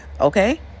okay